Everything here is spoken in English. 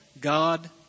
God